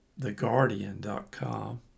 theguardian.com